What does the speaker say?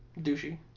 Douchey